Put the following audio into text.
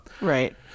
Right